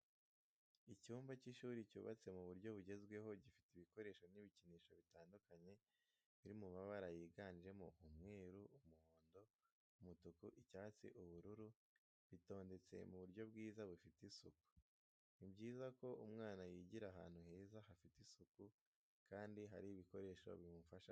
Icyumba cy'ishuri cyubatse mu buryo bugezweho gifite ibikoresho n'ibikinisho bitandukanye biri mabara yiganjemo umweru, umuhondo, umutuku, icyatsi ubururu bitondetse mu buryo bwiza bufite isuku. Ni byiza ko umwana yigira ahantu heza hafite isuku kandi hari ibikoresho bimufasha kwiga neza.